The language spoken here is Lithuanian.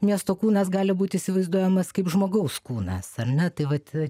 miesto kūnas gali būt įsivaizduojamas kaip žmogaus kūnas ar ne tai vat